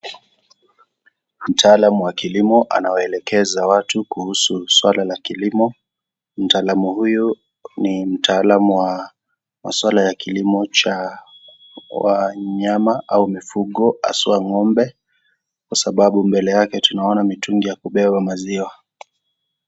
Mtaalamu wa kilimo anawaelekeza watu kuhusu suala la kilimo. Mtaalamu huyu ni mtaalamu wa masuala ya kilimo cha wanyama au mifugo hasa ng'ombe, kwa sababu mbele yake tunaona mitungi ya kubeba maziwa.